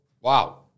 Wow